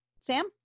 Sam